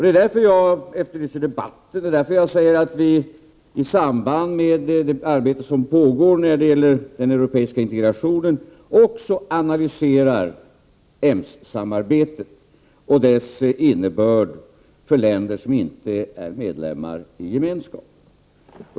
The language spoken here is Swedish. Det är därför jag efterlyser debatter och säger att vi i samband med det arbete som pågår när det gäller den europeiska integrationen också måste analysera EMS-samarbetet och dess innebörd för länder som inte är medlemmar i Gemenskapen.